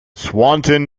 swanton